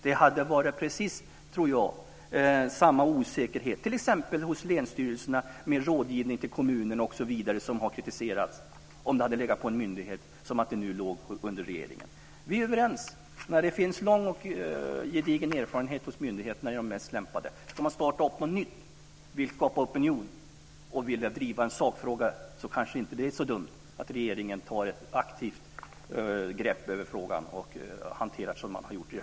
Det hade varit precis samma osäkerhet hos t.ex. länsstyrelserna när det gällde rådgivning till kommunerna - som har kritiserats - om det hade legat på en myndighet som när det nu låg under regeringen. Vi är överens. När det finns lång och gedigen erfarenhet hos myndigheterna är det de som är de mest lämpade. Men om det är något nytt som ska skapas, t.ex. skapa opinion, driva en sakfråga, är det kanske inte så dumt om regeringen tar ett aktivt grepp i frågan - som i det här fallet.